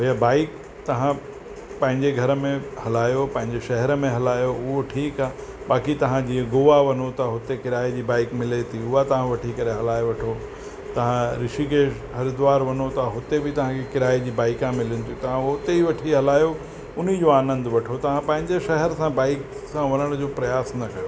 इहा बाइक तव्हां पंहिंजे घर में हलायो पंहिंजे शहर में हलायो उहो ठीकु आहे बाक़ी तव्हां जीअं गोवा वञो था त हुते किराए जी बाइक मिले थी उहा तव्हां वठी करे हलाए वठो तव्हां ऋषिकेश हरिद्वार वञो था हुते बि तव्हांखे किराए जी बाइका मिलंदी तव्हां हुते ई वठी हलायो हुनजो आनंदु वठो तव्हांं पंहिंजे शहर सां बाइक सां वञण जो प्रयास न कयो